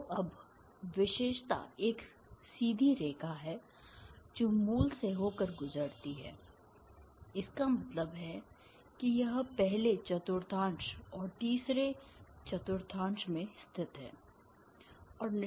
तो अब विशेषता एक सीधी रेखा है जो मूल से होकर गुजरती है इसका मतलब है कि यह पहले चतुर्थांश और तीसरे चतुर्थांश में स्थित है